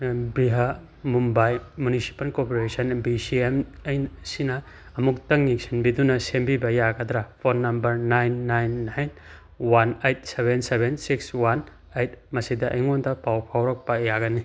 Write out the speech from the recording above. Brihan Mumbai municipal ꯀꯣꯔꯄꯣꯔꯦꯁꯟꯅ B C M ꯁꯤꯅ ꯑꯃꯨꯛꯇꯪ ꯌꯦꯡꯁꯤꯟꯕꯤꯗꯨꯅ ꯁꯦꯝꯕꯤꯕ ꯌꯥꯒꯗ꯭ꯔꯥ phone number nine nine nine one eight seven seven six one eight ꯃꯁꯤꯗ ꯑꯩꯉꯣꯟꯗ ꯄꯥꯎ ꯐꯥꯎꯔꯛꯄ ꯌꯥꯒꯅꯤ